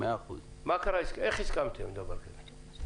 איך הסכמתם לדבר כזה?